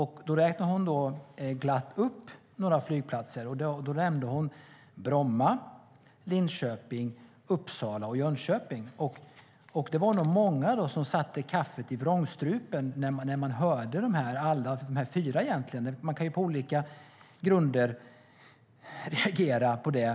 Hon räknade glatt upp några flygplatser. Hon nämnde Bromma, Linköping, Uppsala och Jönköping.Det var nog många som satte kaffet i vrångstrupen när de hörde om alla de här fyra. Man kan på olika grunder reagera på detta.